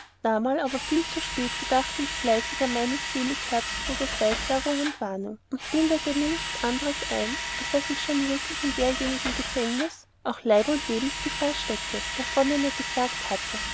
aber viel zu spat gedachte ich fleißig an meines sel herzbruders weissag und warnung und bildete mir nichts anders ein als daß ich schon würklich in derjenigen gefängnüs auch leib und lebensgefahr stecke davon er mir gesaget hatte